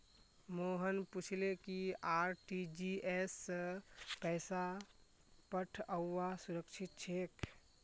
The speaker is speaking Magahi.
मोहन पूछले कि आर.टी.जी.एस स पैसा पठऔव्वा सुरक्षित छेक